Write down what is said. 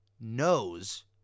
knows